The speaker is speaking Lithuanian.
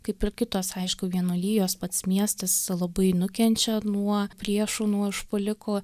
kaip ir kitos aišku vienuolijos pats miestas labai nukenčia nuo priešų nuo užpuolikų